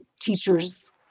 teachers